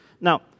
Now